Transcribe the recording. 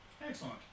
Excellent